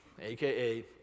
AKA